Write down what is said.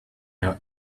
out